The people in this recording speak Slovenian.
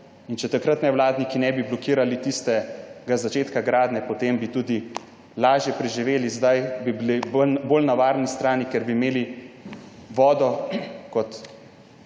Če takrat nevladniki ne bi blokirali tistega začetka gradnje, potem bi tudi lažje preživeli zdaj, bi bili bolj na varni strani, ker bi imeli vodo kot